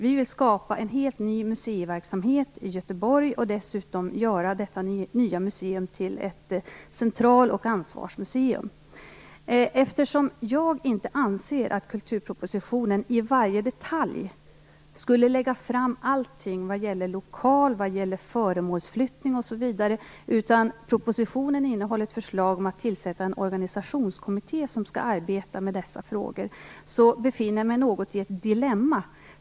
Vi vill skapa en helt ny museiverksamhet i Göteborg och dessutom göra det nya museet till ett central och ansvarsmuseum. Jag anser inte att kulturpropositionen i varje detalj skall lägga fram allting vad gäller lokal, föremålsflyttning osv., och propositionen innehåller därför ett förslag om tillsättande av en organisationskommitté som skall arbeta med dessa frågor. Jag befinner mig då i något av ett dilemma.